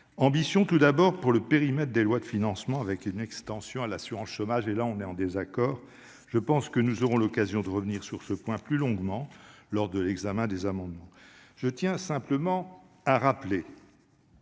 ambition touche d'abord au périmètre des lois de financement, avec une extension à l'assurance chômage ; nous sommes là en désaccord. Nous aurons l'occasion de revenir sur ce point plus longuement lors de l'examen des amendements. Je tiens simplement à rappeler